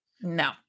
No